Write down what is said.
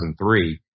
2003